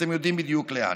אתם יודעים בדיוק לאן.